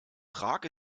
prag